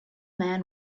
man